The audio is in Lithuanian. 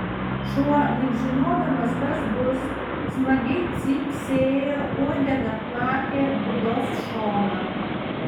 šuo lyg žinodamas kas bus smagiai cypsėjo uodega plakė būdos šoną